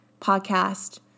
podcast